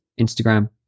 instagram